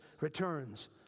returns